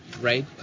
Right